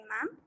ma'am